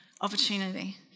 opportunity